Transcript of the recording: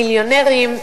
מיליונרים,